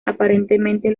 aparentemente